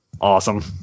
Awesome